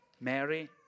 Mary